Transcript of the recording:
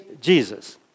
Jesus